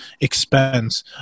expense